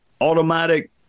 automatic